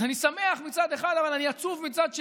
אז אני שמח מצד אחד אבל אני עצוב מצד שני,